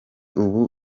ubu